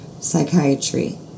Psychiatry